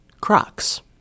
Crocs